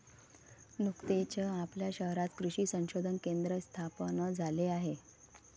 नुकतेच आपल्या शहरात कृषी संशोधन केंद्र स्थापन झाले आहे